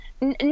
No